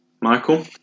Michael